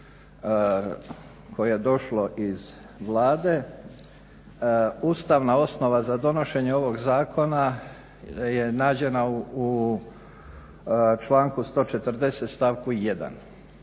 koje je došlo iz Vlade ustavna osnova za donošenje ovog zakona je nađena u članku 140. stavku 1.